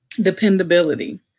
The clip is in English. dependability